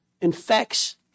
infects